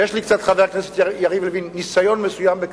ויש לי, חבר הכנסת יריב לוין, קצת ניסיון בכלכלה,